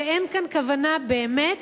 שאין כאן כוונה באמת